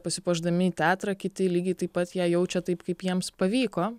pasipuošdami į teatrą kiti lygiai taip pat ją jaučia taip kaip jiems pavyko